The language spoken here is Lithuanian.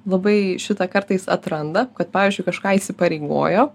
labai šitą kartais atranda kad pavyzdžiui kažką įsipareigojo